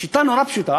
בשיטה נורא פשוטה.